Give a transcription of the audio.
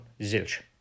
zilch